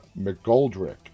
mcgoldrick